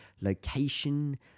location